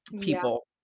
people